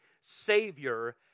savior